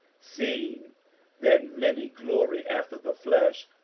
seeing that many glory after the flesh,